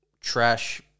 Trash